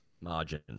Margin